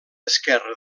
esquerre